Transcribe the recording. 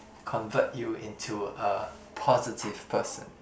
convert you into a positive person